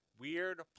weird